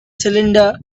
cylinder